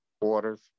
quarters